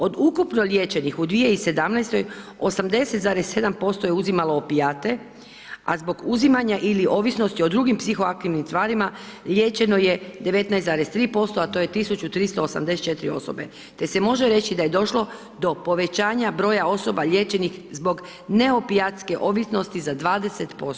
Od ukupno liječenih u 2017. 80,7% je uzimalo opijate, a zbog uzimanja ili ovisnosti o drugim psihoaktivnim tvarima liječeno je 19,3%, a to je 1.384 osobe te se može reći da je došlo do povećanja broja osoba liječenih zbog ne opijatske ovisnosti za 20%